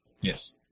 Yes